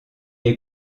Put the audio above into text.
est